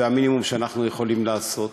זה המינימום שאנחנו יכולים לעשות.